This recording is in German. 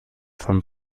von